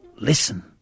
listen